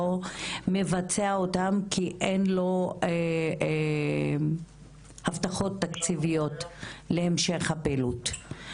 מבצע אותן כי אין לו הבטחות תקציביות להמשך הפעילות.